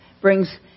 brings